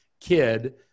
kid